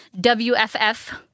WFF